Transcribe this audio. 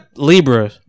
Libra